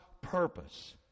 purpose